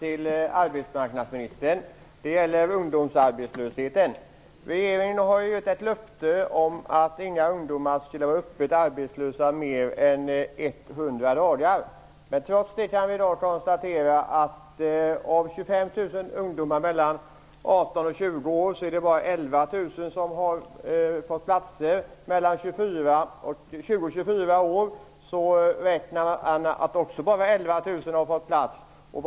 Herr talman! Jag vill ställa en fråga som gäller ungdomsarbetslösheten till arbetsmarknadsministern. Regeringen har gett ett löfte om att inga ungdomar skall vara öppet arbetslösa i mer än 100 dagar. Trots det kan vi i dag konstatera att av 25 000 ungdomar mellan 18 och 20 år är det bara 11 000 som fått platser. Även i gruppen mellan 20 och 24 år räknar man med att bara 11 000 har fått platser.